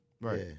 Right